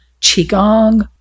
Qigong